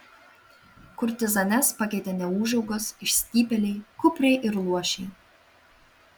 kurtizanes pakeitė neūžaugos išstypėliai kupriai ir luošiai